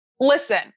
listen